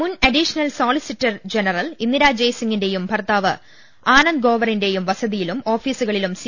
മുൻ additional solicitor general Indira ജയ്സിങ്ങിന്റെയും ഭർത്താവ് ആനന്ദ് ഗ്രോവറിന്റെയും വസതിയിലും ഓഫീസുകളിലും സി